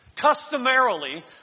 Customarily